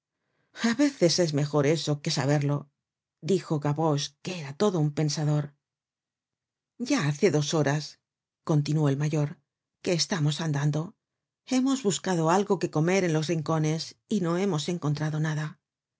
a veces es mejor eso que saberlo dijo gavroche que era todo un pensador content from google book search generated at ya hace dos horas continuó el mayor que estamos andando hemos huscado algo que comer en los rincones y no hemos encontrado nada